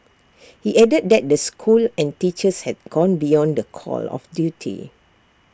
he added that the school and teachers had gone beyond the call of duty